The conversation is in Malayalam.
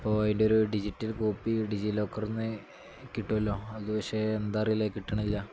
അപ്പോൾ അതിന്റെ ഒരു ഡിജിറ്റൽ കോപ്പി ഡിജിലോക്കറിന്ന് കിട്ടുമല്ലോ അത് പക്ഷേ എന്താണെന്ന് അറിയില്ല കിട്ടണില്ല